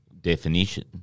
definition